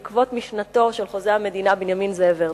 בעקבות משנתו של חוזה המדינה בנימין זאב הרצל.